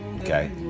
Okay